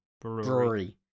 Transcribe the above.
Brewery